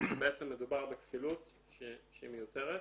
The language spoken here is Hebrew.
שבעצם מדובר בכפילות שהיא מיותרת.